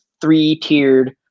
three-tiered